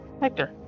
Hector